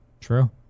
True